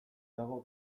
dago